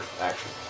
action